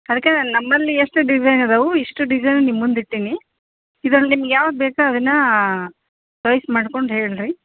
ಅದಕ್ಕೆ ನಮ್ಮಲ್ಲಿ ಎಷ್ಟು ಡಿಸೈನ್ ಅದಾವು ಇಷ್ಟು ಡಿಸೈನು ನಿಮ್ಮ ಮುಂದೆ ಇಟ್ಟೀನಿ ಇದ್ರಲ್ಲಿ ನಿಮ್ಗೆ ಯಾವ್ದು ಬೇಕು ಅದನ್ನ ಚಾಯ್ಸ್ ಮಾಡ್ಕೊಂಡು ಹೇಳಿರಿ